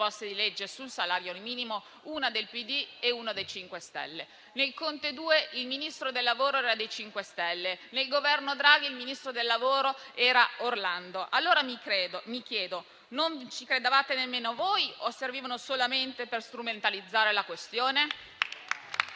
di legge sul salario minimo: una del PD e una del MoVimento 5 Stelle. Nel Governo Conte 2, il Ministro del lavoro era dei 5 Stelle, mentre nel Governo Draghi il ministro del lavoro era Orlando. Allora mi chiedo: non ci credevate nemmeno voi o servivano solamente per strumentalizzare la questione?